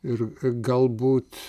ir galbūt